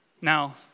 Now